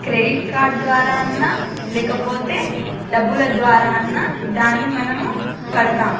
credit card ద్వారా అన్నా లేకపోతే డబ్బుల ద్వారా అన్నా దాన్ని మనము కడతాం